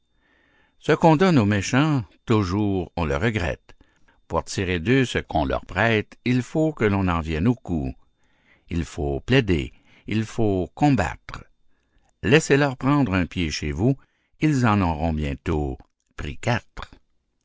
ce qu'on donne aux méchants toujours on le regrette pour tirer d'eux ce qu'on leur prête il faut que l'on en vienne aux coups il faut plaider il faut combattre laissez leur prendre un pied chez vous ils en auront bientôt pris quatre